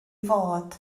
fod